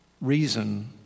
reason